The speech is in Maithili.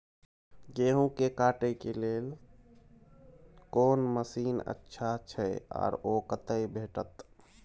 गेहूं के काटे के लेल कोन मसीन अच्छा छै आर ओ कतय भेटत?